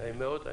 נעים מאוד.